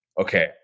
okay